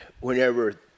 whenever